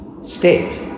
state